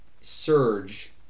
Surge